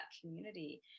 community